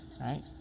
right